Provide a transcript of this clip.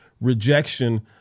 rejection